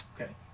okay